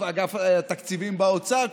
אגף התקציבים באוצר,